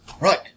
right